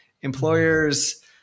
employers